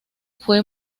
fue